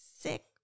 sick